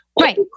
Right